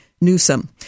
Newsom